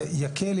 זה יקל,